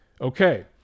okay